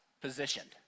positioned